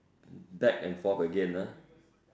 back and forth again ah